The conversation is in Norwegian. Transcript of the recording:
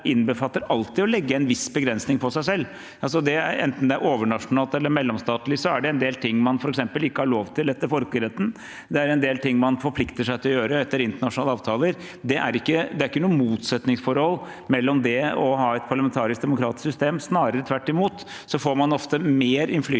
innbefatter alltid å legge en viss begrensning på seg selv. Enten det er overnasjonalt eller mellomstatlig, er det en del ting man f.eks. ikke har lov til etter folkeretten. Det er en del ting man forplikter seg til å gjøre etter internasjonale avtaler. Det er ikke noe motsetningsforhold mellom det og det å ha et parlamentarisk demokratisk system. Snarere tvert imot – man får ofte mer innflytelse